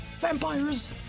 vampires